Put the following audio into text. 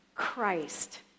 Christ